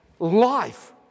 Life